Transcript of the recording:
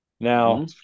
Now